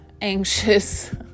anxious